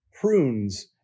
prunes